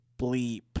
bleep